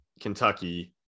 Kentucky